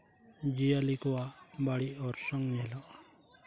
ᱡᱤᱭᱟᱹᱞᱤ ᱠᱚᱣᱟᱜ ᱵᱟᱹᱲᱤᱡ ᱚᱨᱥᱚᱝ ᱧᱮᱞᱚᱜᱼᱟ